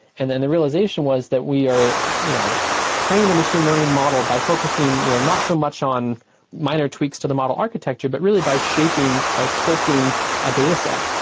and then the realization was that we are you know train a machine learning model by focusing you know not so much on minor tweaks to the model architecture, but really by shaping, by sculpting a dataset,